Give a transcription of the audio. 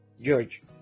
george